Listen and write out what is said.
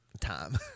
time